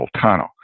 tunnel